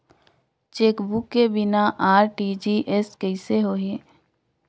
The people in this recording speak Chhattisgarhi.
चेकबुक के बिना आर.टी.जी.एस कइसे होही?